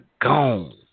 gone